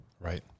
Right